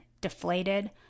deflated